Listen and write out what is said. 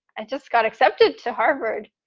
i just got accepted to harvard.